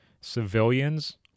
civilians